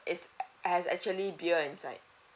is ac~ has actually beer inside